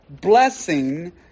blessing